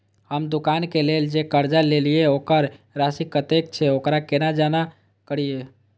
हम दुकान के लेल जे कर्जा लेलिए वकर राशि कतेक छे वकरा केना जमा करिए?